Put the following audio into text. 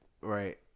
Right